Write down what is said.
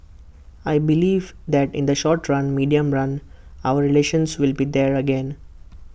I believe that in the short run medium run our relations will be there again